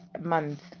month